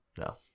No